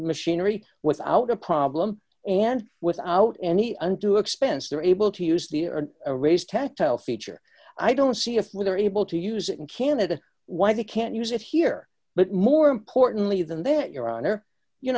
machinery without a problem and without any undue expense they're able to use the or raise tactile feature i don't see if we're able to use it in canada why they can't use it here but more importantly than there your honor you